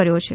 કર્યો છે